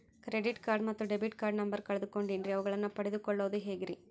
Credit card ಮತ್ತು debit card number ಕಳೆದುಕೊಂಡಿನ್ರಿ ಅವುಗಳನ್ನ ಪಡೆದು ಕೊಳ್ಳೋದು ಹೇಗ್ರಿ?